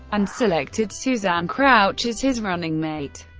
and selected suzanne crouch as his running mate.